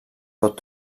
pot